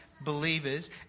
believers